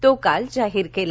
तो काल जाहीर केला